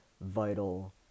vital